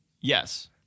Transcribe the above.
Yes